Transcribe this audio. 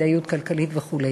כדאיות כלכלית וכו'.